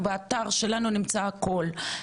הזכותונים מפורסמים ומונגשים.